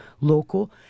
local